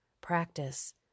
practice